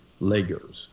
legos